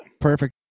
Perfect